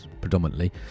predominantly